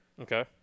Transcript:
Okay